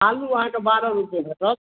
आलू अहाँके बारह रुपैये भेटत